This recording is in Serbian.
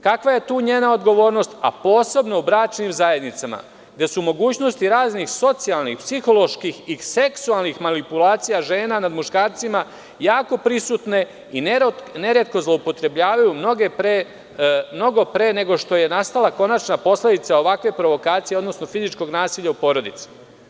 Kakva je tu njena odgovornost, a posebno u bračnim zajednicama gde su mogućnosti raznih socijalnih, psiholoških i seksualnih manipulacija žena nad muškarcima jako prisutne i neretko zloupotrebljavaju mnogo pre nego što je nastala konačna posledica ovakve provokacije, odnosno fizičkog nasilja u porodici?